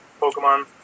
Pokemon